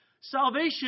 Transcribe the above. salvation